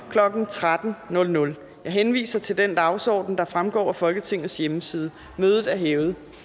kl. 13.00. Jeg henviser til den dagsorden, der fremgår af Folketingets hjemmeside. Mødet er hævet.